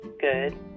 good